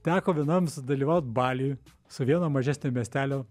teko vienam sudalyvaut baliuj su vieno mažesnio miestelio